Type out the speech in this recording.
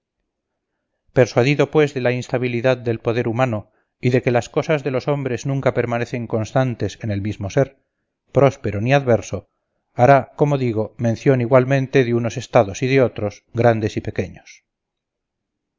persuadido pues de la instabilidad del poder humano y de que las cosas de los hombres nunca permanecen constantes en el mismo ser próspero ni adverso hará como digo mención igualmente de unos estados y de otros grandes y pequeños